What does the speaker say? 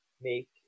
make